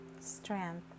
strength